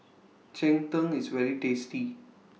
Cheng Tng IS very tasty